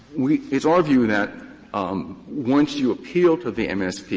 it's our view that um once you appeal to the mspb,